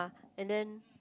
and then